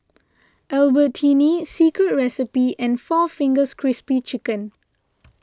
Albertini Secret Recipe and four Fingers Crispy Chicken